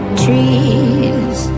trees